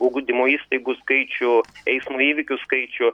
ugdymo įstaigų skaičių eismo įvykių skaičių